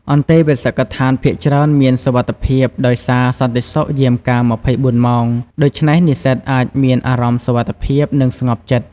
អន្តេវាសិកដ្ឋានភាគច្រើនមានសុវត្ថិភាព ដោយសារសន្តិសុខយាមកាម ២៤ ម៉ោង ដូច្នេះនិស្សិតអាចមានអារម្មណ៍សុវត្ថិភាព និងស្ងប់ចិត្ត។